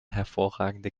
hervorragende